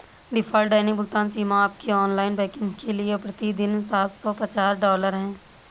default दैनिक भुगतान सीमा आपके ऑनलाइन बैंकिंग के लिए प्रति दिन सात सौ पचास डॉलर है